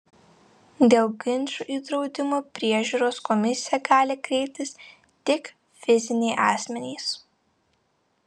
dėl ginčų į draudimo priežiūros komisiją gali kreiptis tik fiziniai asmenys